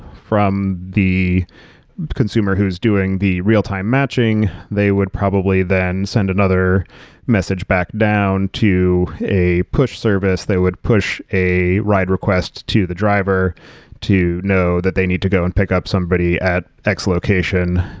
from the consumer who's doing the real-time matching, they would probably then send another message back down to a push service. they would push a ride request to the driver to know that they need to go and pick up somebody at x-location.